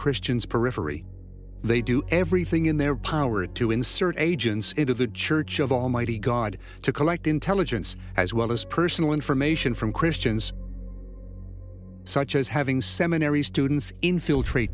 christians periphery they do everything in their power to insert agents into the church of almighty god to collect intelligence as well as personal information from christians such as having seminary students infiltrate